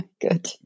Good